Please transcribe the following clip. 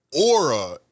aura